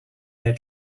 their